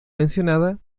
mencionada